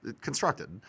constructed